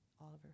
Oliver